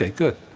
ah good.